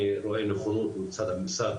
אני רואה נכונות מצד הממסד,